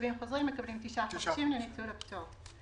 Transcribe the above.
ולתושבים חוזרים מקבלים תשעה חודשים לניצול הפטור.